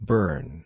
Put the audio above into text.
Burn